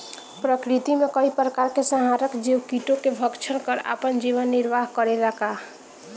प्रकृति मे कई प्रकार के संहारक जीव कीटो के भक्षन कर आपन जीवन निरवाह करेला का?